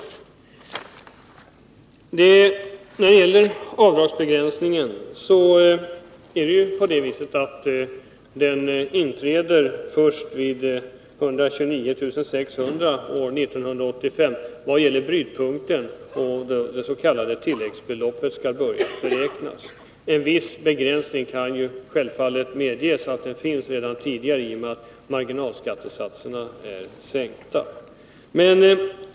När det gäller avdragsrätten kommer den s.k. brytpunkten att ligga först vid 129 600 kr. år 1985 — det är där tilläggsbeloppet skall börja beräknas. Det kan självfallet medges att viss begränsning finns redan tidigare genom att marginalskattesatserna sänks.